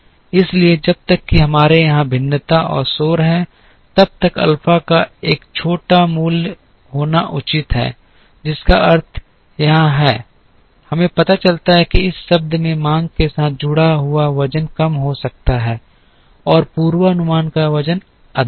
इसलिए जब तक कि हमारे यहां भिन्नता और शोर है तब तक अल्फ़ा का एक छोटा मूल्य होना उचित है जिसका अर्थ यहाँ है हमें पता चलता है कि इस शब्द में मांग के साथ जुड़ा हुआ वजन कम हो सकता है और पूर्वानुमान का वजन अधिक होगा